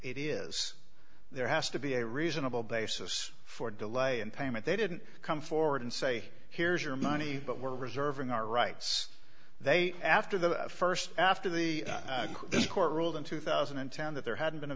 it is there has to be a reasonable basis for delay in payment they didn't come forward and say here's your money but we're reserving our rights they after the first after the court ruled in two thousand and ten that there hadn't been a